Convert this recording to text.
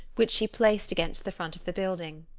which she placed against the front of the building.